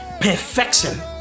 perfection